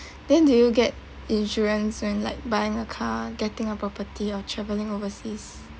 then do you get insurance when like buying a car getting a property or travelling overseas